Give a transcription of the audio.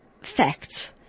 fact